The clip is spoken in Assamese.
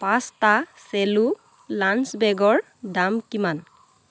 পাঁচটা চেলো লাঞ্চ বেগৰ দাম কিমান